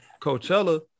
Coachella